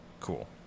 Cool